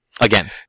Again